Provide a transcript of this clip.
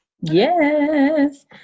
Yes